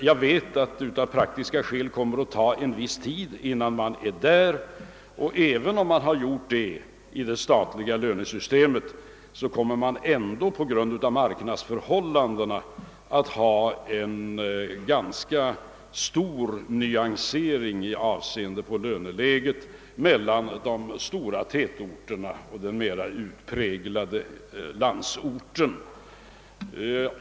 Jag vet dock att det av praktiska skäl kommer att ta en viss tid innan vi är där, och även om dyrortsgrupperingen i det statliga lönesystemet är borta, kommer det ändå på grund av marknadsförhållandena att finnas en ganska stor nyansering i löneläget mellan de större tätorterna och den mera utpräglade landsorten.